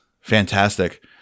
Fantastic